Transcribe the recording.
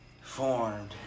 formed